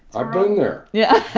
i've been there yeah